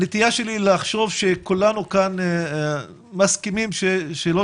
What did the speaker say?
הנטייה שלי לחשוב שכולנו כאן מסכימים שלא